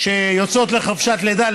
שיוצאות לחופשת לידה,